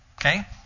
okay